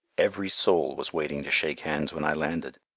every soul was waiting to shake hands when i landed.